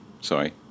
Sorry